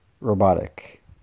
robotic